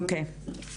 אוקיי.